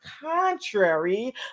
contrary